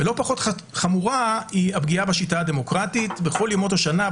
לא פחות חמורה היא הפגיעה בשיטה הדמוקרטית בכל ימות השנה,